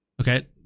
Okay